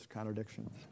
Contradictions